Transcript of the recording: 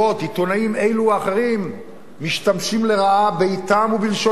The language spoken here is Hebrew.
עיתונאים אלו או אחרים משתמשים לרעה בעטם ובלשונם.